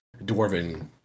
dwarven